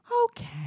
Okay